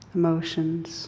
emotions